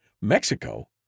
Mexico